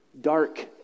dark